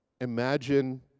Imagine